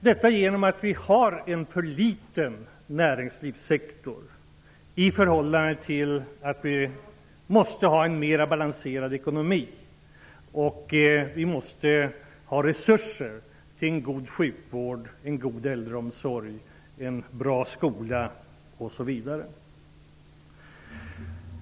Detta beror på att vi har en för liten näringslivssektor i förhållande till att vi måste ha en mer balanserad ekonomi, och vi måste fördela resurser till en god sjukvård, äldreomsorg, en bra skola osv.